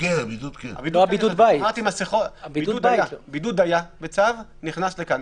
הבידוד היה בצו ונכנס לכאן.